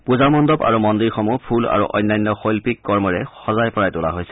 পূজামণ্ডপ আৰু মন্দিৰসমূহ ফুল আৰু অন্যান্য শৈল্পিক কৰ্মৰে সজাই পৰাই তোলা হৈছে